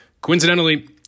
Coincidentally